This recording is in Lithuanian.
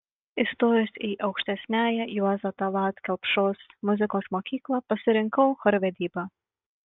įstojusi į aukštesniąją juozo tallat kelpšos muzikos mokyklą pasirinkau chorvedybą